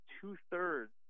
two-thirds